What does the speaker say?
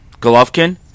Golovkin